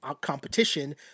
competition